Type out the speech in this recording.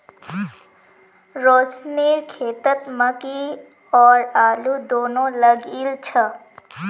रोशनेर खेतत मकई और आलू दोनो लगइल छ